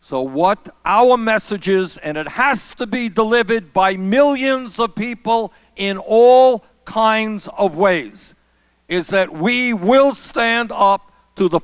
so what our message is and it has to be delivered by millions of people in all kinds of ways is that we will stand up to the